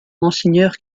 monseigneur